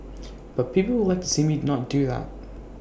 but people would like to see me not do that